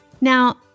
Now